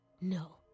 No